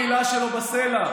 כל מילה שלו בסלע.